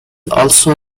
also